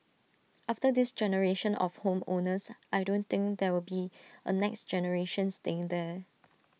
after this generation of home owners I don't think there will be A next generation staying there